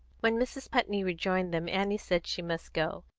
when mrs. putney rejoined them, annie said she must go,